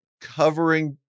covering